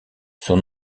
son